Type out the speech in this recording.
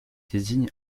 désigne